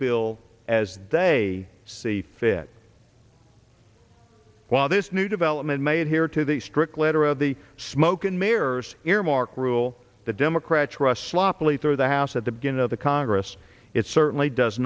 bill as they see fit while this new development made here to the strict letter of the smoke and mirrors earmark rule that democrats rushed sloppily through the house at the beginning of the congress it